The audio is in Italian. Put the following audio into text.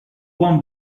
buon